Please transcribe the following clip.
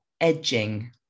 Edging